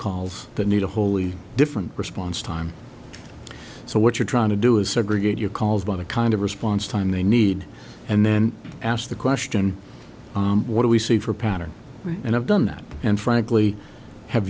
calls that need a wholly different response time so what you're trying to do is segregate your calls by the kind of response time they need and then ask the question what do we see for pattern and i've done that and frankly have